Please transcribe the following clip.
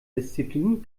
disziplin